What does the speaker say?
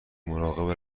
مراقب